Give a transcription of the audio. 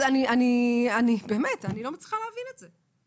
אז אני באמת, אני לא מצליחה להבין את זה.